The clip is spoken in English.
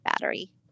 battery